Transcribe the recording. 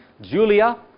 Julia